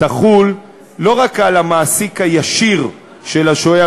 תחול לא רק על המעסיק הישיר של השוהה